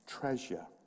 treasure